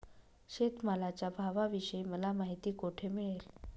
शेतमालाच्या भावाविषयी मला माहिती कोठे मिळेल?